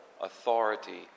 authority